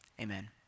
amen